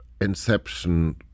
Inception